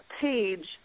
page